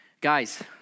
Guys